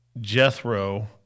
Jethro